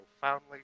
profoundly